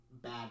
bad